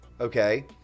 okay